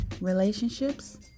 relationships